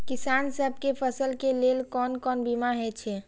किसान सब के फसल के लेल कोन कोन बीमा हे छे?